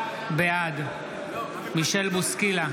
בעד מישל בוסקילה,